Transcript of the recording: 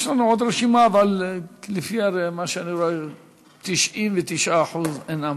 יש לנו עוד רשימה, אבל לפי מה שאני רואה 99% אינם